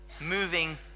moving